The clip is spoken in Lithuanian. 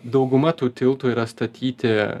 dauguma tų tiltų yra statyti